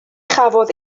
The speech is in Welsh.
chafodd